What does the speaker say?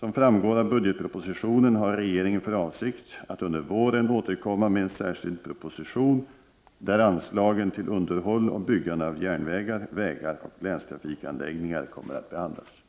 Som framgår av budgetpropositionen har regeringen för avsikt att under våren återkomma med en särskild proposition där anslagen till underhåll och byggande av järnvägar, vägar och länstrafikanläggningar kommer att behandlas.